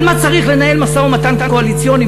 על מה צריך לנהל משא-ומתן קואליציוני,